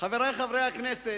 חברי חברי הכנסת,